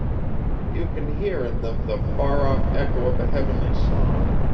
you can hear in them the far-off echo of a heavenly song.